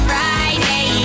Friday